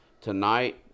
Tonight